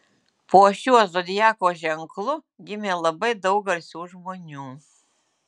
po šiuo zodiako ženklu gimė labai daug garsių žmonių